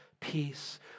peace